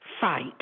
fight